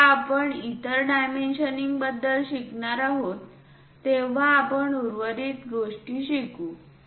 जेव्हा आपण इतर डायमेन्शनिंगबद्दल शिकणार आहोत तेव्हा आपण उर्वरित गोष्टी शिकू